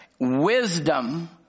Wisdom